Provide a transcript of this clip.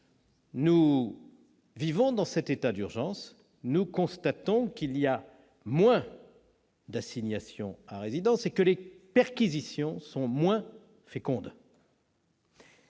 nous vivons dans cet état d'urgence, nous constatons qu'il y a moins d'assignations à résidence et que les perquisitions sont moins fécondes.